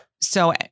So-